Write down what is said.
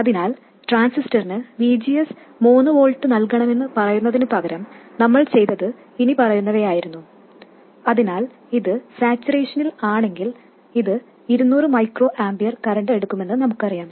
അതിനാൽ ട്രാൻസിസ്റ്ററിന് VGS 3 V നൽകണമെന്ന് പറയുന്നതിനുപകരം നമ്മൾ ചെയ്തത് ഇനിപ്പറയുന്നവയായിരുന്നു അതിനാൽ ഇത് സാച്ചുറേഷനിൽ ആണെങ്കിൽ ഇത് 200μA കറന്റ് എടുക്കുമെന്ന് നമുക്കറിയാം